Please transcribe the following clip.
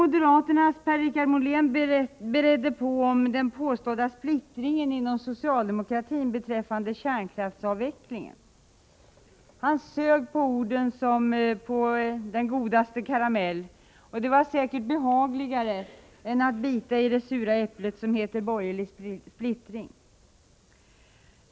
Moderaternas Per-Richard Molén bredde på med sitt tal om den påstådda splittringen inom socialdemokratin beträffande kärnkraftsavvecklingen. Han sög på orden som på den godaste karamell, och det var säkert behagligare än att bita i det sura äpple som heter borgerlig splittring.